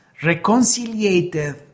reconciliated